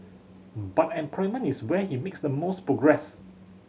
but employment is where he mix the most progress